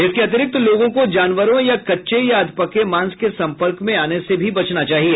इसके अतिरिक्त लोगों को जानवरों या कच्चे या अधपके मांस के संपर्क मे आने से भी बचना चाहिए